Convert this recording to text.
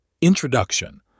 introduction